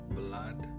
blood